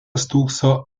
stūkso